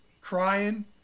Crying